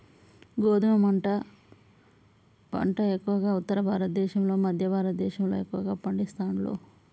గోధుమ పంట ఎక్కువగా ఉత్తర భారత దేశం లో మధ్య భారత దేశం లో ఎక్కువ పండిస్తాండ్లు